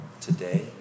today